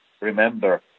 remember